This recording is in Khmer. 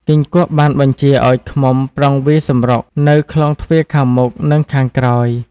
គីង្គក់បានបញ្ជាឲ្យ ឃ្មុំប្រុងវាយសម្រុក នៅខ្លោងទ្វារខាងមុខ និងខាងក្រោយ។